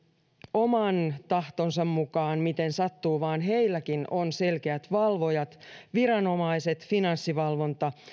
oman tahtonsa mukaan miten sattuu vaan heilläkin on selkeät valvojat viranomaisena finanssivalvonta